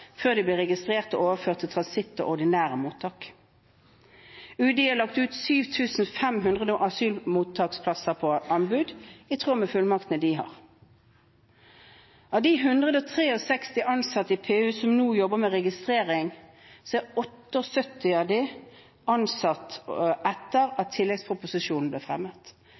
før de blir registrert og overført til transittmottak og ordinære mottak. UDI har lagt ut 7 500 asylmottaksplasser på anbud, i tråd med fullmaktene de har. Av de 163 ansatte i PU som nå jobber med registrering, er 78 ansatt etter at tilleggsproposisjonen ble fremmet.